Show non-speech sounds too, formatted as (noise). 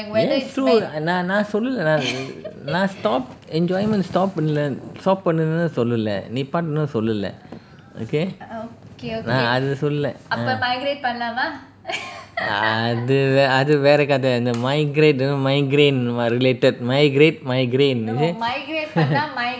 yes true நான் நான் சொல்லல நான்:naan naan sollala naan stop enjoyment stop பண்ணல பண்ணனும்னு சொல்லல:pannala pannanumnu sollala stop நிப்பாட்டுனு சொல்லல:nippatunu sollala okay நான் அது சொல்லல:naan adhu sollala migrate அது வேற கதை:adhu vera kadhai migrain அந்த:antha related migrate migrain you see (laughs)